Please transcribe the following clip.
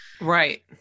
Right